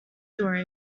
story